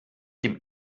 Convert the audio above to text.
dem